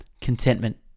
contentment